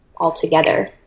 altogether